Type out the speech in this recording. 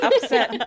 Upset